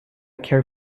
care